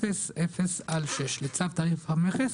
93.05.990000/6 לצו תעריף המכס,